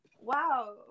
wow